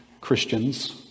Christians